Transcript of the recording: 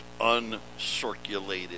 uncirculated